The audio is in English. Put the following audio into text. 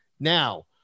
Now